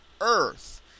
Earth